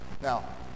Now